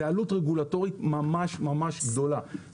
זאת עלות רגולטורית ממש ממש גדולה.